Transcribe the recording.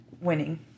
winning